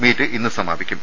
meet ഇന്ന് സമാപിക്കും